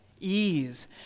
ease